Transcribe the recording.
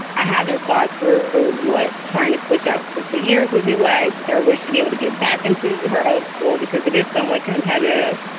i haven't thought through what trying to switch out for two years would be like there would be able to get back into her old school because it is somewhat competitive.